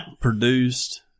produced